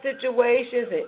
situations